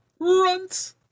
runt